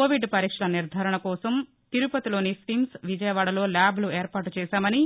Covid పరీక్షల నిర్గారణ కోసం తిరుపతిలోని స్విమ్స్ విజయవాడలో ల్యాబ్లను ఏర్పాటు చేశామని